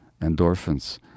Endorphins